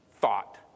thought